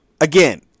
again